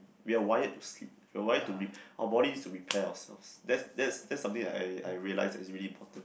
we are wired to sleep we are wired to re~ our body needs to repair ourselves that's that's that's something I I realise that's really important